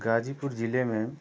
गाजीपुर ज़िले में